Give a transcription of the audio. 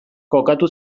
kokatu